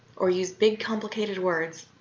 or use big, complicated words,